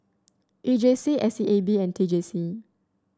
E J C S A B and T J C